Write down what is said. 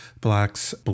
blacks